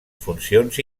funcions